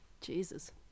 Jesus